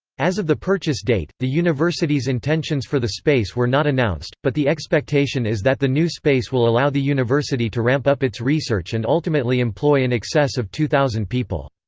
as of the purchase date, the university's intentions for the space were not announced, but the expectation is that the new space will allow the university to ramp up its research and ultimately employ in excess of two thousand people.